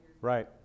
Right